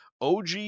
OG